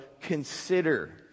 consider